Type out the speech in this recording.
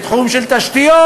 בתחום של תשתיות,